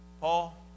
Paul